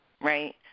right